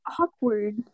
awkward